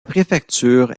préfecture